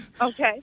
Okay